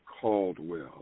Caldwell